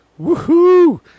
Woohoo